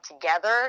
together